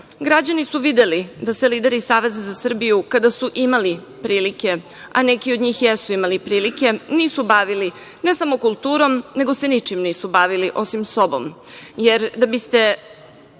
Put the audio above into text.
građani su videli da se lideri Saveza za Srbiju, kada su imali prilike, a neki od njih jesu imali prilike, nisu bavili ne samo kulturom, nego se ničim nisu bavili osim sobom. Jer, da biste